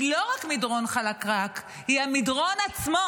היא לא רק מדרון חלקלק, היא המדרון עצמו.